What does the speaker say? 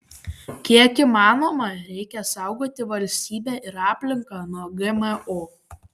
kiek įmanoma reikia saugoti valstybę ir aplinką nuo gmo